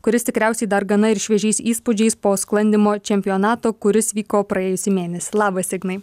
kuris tikriausiai dar gana ir šviežiais įspūdžiais po sklandymo čempionato kuris vyko praėjusį mėnesį labas ignai